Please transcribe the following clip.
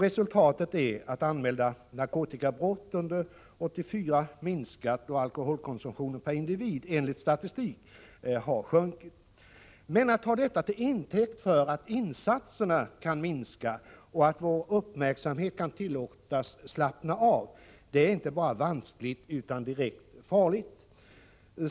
Resultatet är att antalet anmälda narkotikabrott har minskat under 1984. Alkoholkonsumtionen per individ och år har enligt statistiken sjunkit. Men att ta detta till intäkt för att insatserna kan minska och att vår uppmärksamhet kan tillåtas avta är inte bara vanskligt utan direkt farligt.